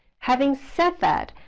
having said that,